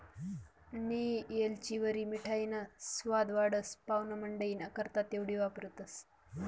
नियी येलचीवरी मिठाईना सवाद वाढस, पाव्हणामंडईना करता तेवढी वापरतंस